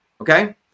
okay